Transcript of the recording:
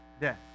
death